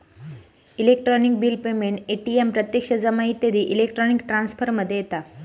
electronic bill payment, ATM प्रत्यक्ष जमा इत्यादी इलेक्ट्रॉनिक ट्रांसफर मध्ये येता